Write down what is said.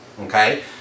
Okay